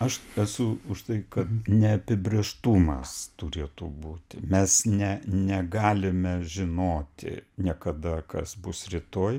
aš esu už tai kad neapibrėžtumas turėtų būti mes ne negalime žinoti niekada kas bus rytoj